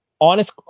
Honest